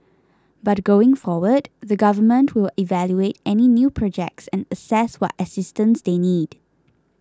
but going forward the Government will evaluate any new projects and assess what assistance they need